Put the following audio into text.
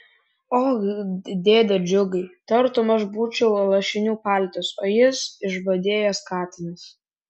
och dėde džiugai tartum aš būčiau lašinių paltis o jis išbadėjęs katinas